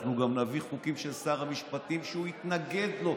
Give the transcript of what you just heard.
אנחנו גם נביא חוקים של שר המשפטים שהוא התנגד להם,